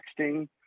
texting